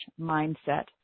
mindset